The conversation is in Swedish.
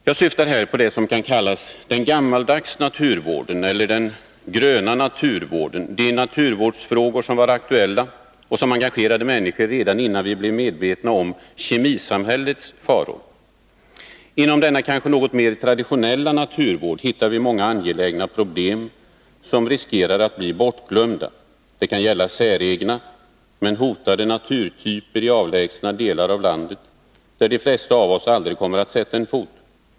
Jag syftar här på det som kan kallas den gammaldags naturvården, eller den gröna naturvården, de naturvårdsfrågor som var aktuella och som engagerade människor redan innan vi blev medvetna om kemisamhällets faror. Inom denna kanske något mer traditionella naturvård hittar vi många angelägna problem som riskerar att bli bortglömda. Det kan gälla säregna men hotade naturtyper i avlägsna delar av landet, där de flesta av oss aldrig kommer att sätta en fot.